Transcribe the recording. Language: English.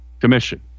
Commission